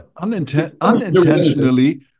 Unintentionally